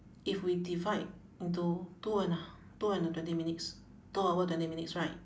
if we divide into two and a h~ two and a twenty minutes two hour twenty minutes right